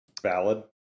valid